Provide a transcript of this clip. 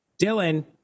Dylan